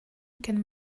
can